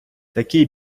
такий